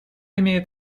имеет